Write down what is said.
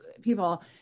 people